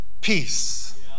peace